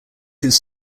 his